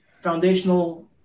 foundational